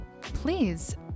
please